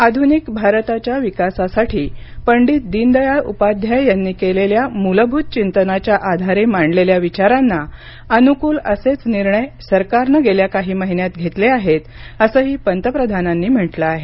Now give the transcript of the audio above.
आधुनिक भारताच्या विकासासाठी पंडीत दीनदयाळ उपाध्याय यांनी केलेल्या मूलभूत चिंतनाच्या आधारे मांडलेल्या विचारांना अनुकूल असेच निर्णय सरकारने गेल्या काही महिन्यात घेतले आहेत असही पंतप्रधनांनी म्हटल आहे